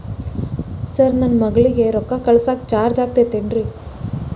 Sir ನನ್ನ ಮಗಳಗಿ ರೊಕ್ಕ ಕಳಿಸಾಕ್ ಚಾರ್ಜ್ ಆಗತೈತೇನ್ರಿ?